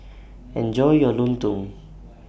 Enjoy your Lontong